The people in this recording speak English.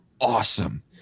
awesome